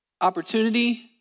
opportunity